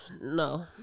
no